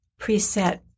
preset